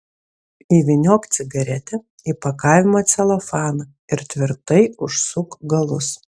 įvyniok cigaretę į pakavimo celofaną ir tvirtai užsuk galus